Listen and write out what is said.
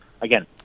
again